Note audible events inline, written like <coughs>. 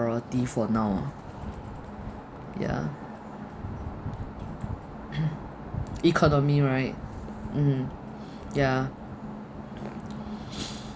for now ah <coughs> ya economy right mm ya